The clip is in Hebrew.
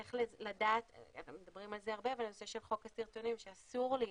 איך לדעת מדברים על זה הרבה ועל הנושא של חוק הסרטונים שאסור לי,